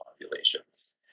populations